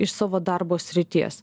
iš savo darbo srities